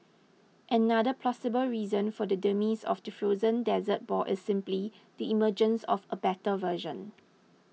another plausible reason for the demise of the frozen dessert ball is simply the emergence of a better version